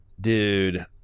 Dude